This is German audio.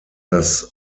das